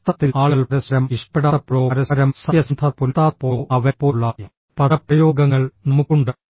വാസ്തവത്തിൽ ആളുകൾ പരസ്പരം ഇഷ്ടപ്പെടാത്തപ്പോഴോ പരസ്പരം സത്യസന്ധത പുലർത്താത്തപ്പോഴോ അവരെപ്പോലുള്ള പദപ്രയോഗങ്ങൾ നമുക്കുണ്ട്